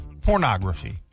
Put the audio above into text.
pornography